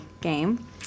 game